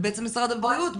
בעצם משרד הבריאות אומר,